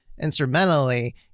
instrumentally